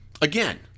again